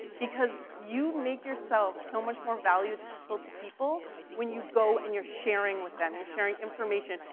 because you make yourself so much more valuable but to people when you go and you're sharing with them, you're sharing information.